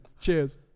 Cheers